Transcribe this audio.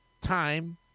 time